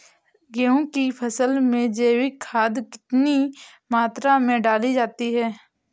गेहूँ की फसल में जैविक खाद कितनी मात्रा में डाली जाती है?